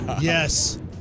yes